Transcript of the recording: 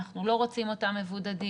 אנחנו לא רוצים אותם מבודדים.